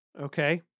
Okay